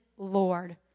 Lord